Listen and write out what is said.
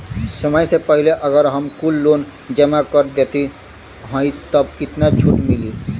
समय से पहिले अगर हम कुल लोन जमा कर देत हई तब कितना छूट मिली?